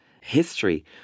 history